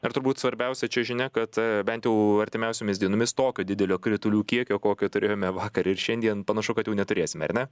ir turbūt svarbiausia čia žinia kad bent jau artimiausiomis dienomis tokio didelio kritulių kiekio kokį turėjome vakar ir šiandien panašu kad jau neturėsime ar ne